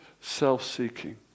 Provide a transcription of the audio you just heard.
self-seeking